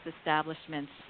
establishments